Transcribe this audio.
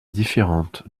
différente